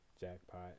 Jackpot